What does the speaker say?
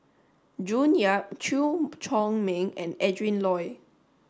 June Yap Chew Chor Meng and Adrin Loi